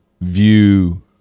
view